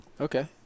Okay